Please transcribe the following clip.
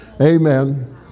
Amen